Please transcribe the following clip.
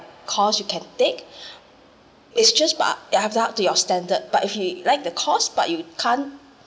course you can take is just ba~ you have to up to your standard but you like the course but you can't